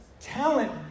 talent